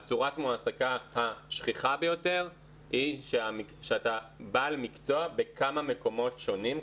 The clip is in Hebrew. צורת העסקה השכיחה ביותר היא שאתה בעל מקצוע בכמה מקומות שונים.